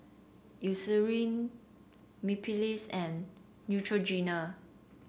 Eucerin Mepilex and Neutrogena